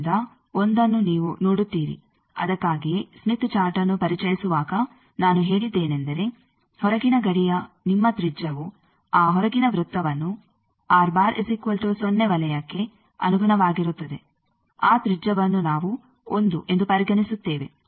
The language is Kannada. ಆದ್ದರಿಂದ 1ಅನ್ನು ನೀವು ನೋಡುತ್ತೀರಿ ಅದಕ್ಕಾಗಿಯೇ ಸ್ಮಿತ್ ಚಾರ್ಟ್ಅನ್ನು ಪರಿಚಯಿಸುವಾಗ ನಾನು ಹೇಳಿದ್ದೇನೆಂದರೆ ಹೊರಗಿನ ಗಡಿಯ ನಿಮ್ಮ ತ್ರಿಜ್ಯವು ಆ ಹೊರಗಿನ ವೃತ್ತವು ವಲಯಕ್ಕೆ ಅನುಗುಣವಾಗಿರುತ್ತದೆ ಆ ತ್ರಿಜ್ಯವನ್ನು ನಾವು 1 ಎಂದು ಪರಿಗಣಿಸುತ್ತೇವೆ